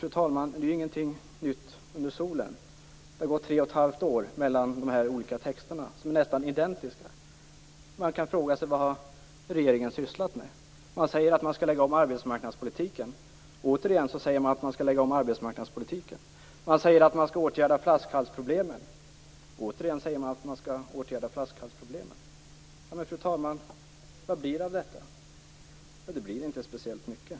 Fru talman! Det är ju inget nytt under solen. Det har gått tre och ett halvt år mellan dessa båda texter som är nästan identiska. Man kan fråga sig vad regeringen har sysslat med. Regeringen sade tidigare att den skall lägga om arbetsmarknadspolitiken. Återigen säger den att den skall lägga om arbetsmarknadspolitiken. Den sade tidigare att den skall åtgärda flaskhalsproblemen. Återigen säger den att den skall åtgärda flaskhalsproblemen. Men, fru talman, vad blir det av detta. Det blir inte speciellt mycket.